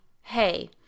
Hey